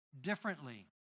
differently